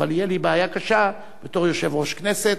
אבל תהיה לי בעיה קשה בתור יושב-ראש הכנסת.